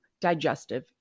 digestive